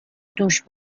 دوش